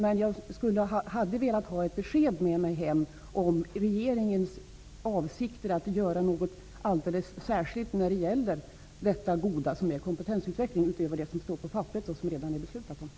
Men jag hade ändå velat ha ett besked med mig hem om regeringens avsikter att göra något alldeles särskilt när det gäller detta goda som är kompetensutveckling, utöver det som står på papperet och som man redan har beslutat om.